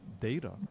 data